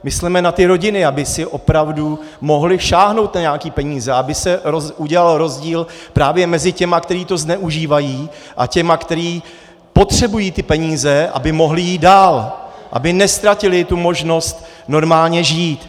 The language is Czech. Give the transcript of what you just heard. Mysleme na ty rodiny, aby si opravdu mohly šáhnout na nějaké peníze, aby se udělal rozdíl právě mezi těmi, kteří to zneužívají, a těmi, kteří potřebují ty peníze, aby mohli jít dál, aby neztratili tu možnost normálně žít.